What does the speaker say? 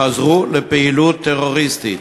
חזרו לפעילות טרוריסטית.